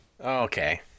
Okay